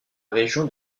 région